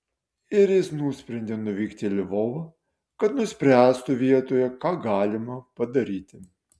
ir jis nusprendė nuvykti į lvovą kad nuspręstų vietoje ką galima padaryti